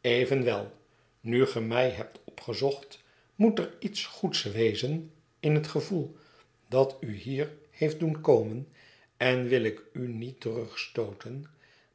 evenwel nu ge mij hebt opgezocht moet er iets goeds wezen in het gevoel dat u hier heeft doen komen en wil ik u niet terugstooten